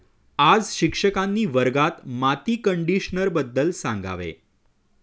आज शिक्षकांनी वर्गात माती कंडिशनरबद्दल सांगावे